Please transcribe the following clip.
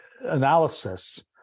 analysis